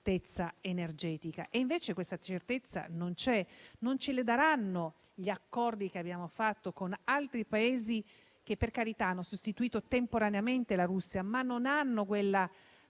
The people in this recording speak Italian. certezza energetica. Invece questa certezza non c'è e non ce la daranno gli accordi che abbiamo fatto con altri Paesi che, per carità, hanno sostituito temporaneamente la Russia, ma che non hanno quella